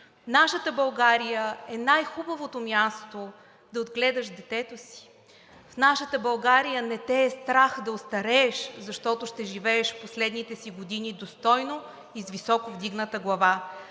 Нашата България е най-хубавото място да отгледаш детето си. В нашата България не те е страх да остарееш, защото ще живееш в последните си години достойно и с високо вдигната глава.